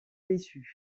déçus